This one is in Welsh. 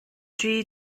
dri